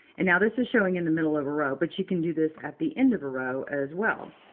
and now, this is showing in the middle of a row, but you can do this at the end of a row as well.